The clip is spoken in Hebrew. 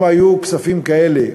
אם היו כספים כאלה,